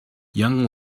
young